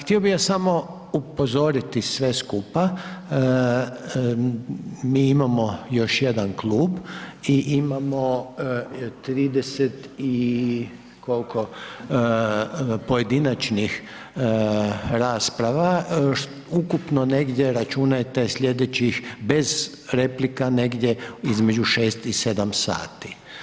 Htio bih vas samo upozoriti sve skupa, mi imamo još jedan klub i imamo 30 i koliko pojedinačnih rasprava, ukupno negdje računajte slijedećih, bez replika, negdje između 6 i 7 sati.